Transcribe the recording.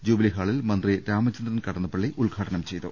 jubilee ഹാളിൽ മന്ത്രി രാമചന്ദ്രൻ കടന്നപ്പള്ളി ഉദ്ഘാടനം ചെയ്തു